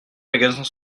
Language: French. magasins